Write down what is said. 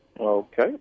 Okay